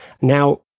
Now